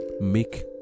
make